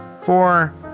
four